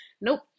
Nope